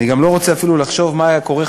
אני גם לא רוצה אפילו לחשוב מה היה קורה,